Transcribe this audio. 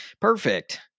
perfect